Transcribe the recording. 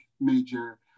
major